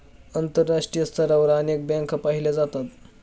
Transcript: आंतरराष्ट्रीय स्तरावर अनेक बँका पाहिल्या जातात